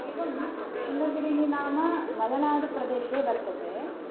एवं शृङ्गगिरिः नाम मलेनाडुप्रदेशे वर्तते